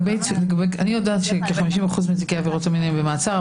אני יודעת שכ-50% מתיקי עבירות המין היו במעצר,